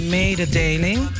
mededeling